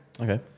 Okay